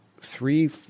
three